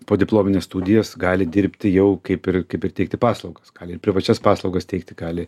podiplomines studijas gali dirbti jau kaip ir kaip ir teikti paslaugas ir privačias paslaugas teikti gali